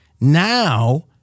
Now